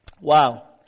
Wow